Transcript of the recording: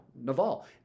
naval